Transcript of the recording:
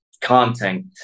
content